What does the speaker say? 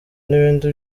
n’ibindi